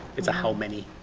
it's a how many.